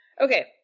Okay